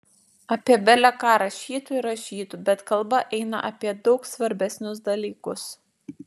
apie bele ką rašytų ir rašytų bet kalba eina apie daug svarbesnius dalykus